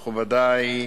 מכובדי,